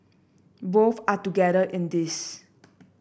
both are together in this